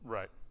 Right